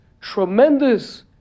tremendous